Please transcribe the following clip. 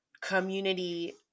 community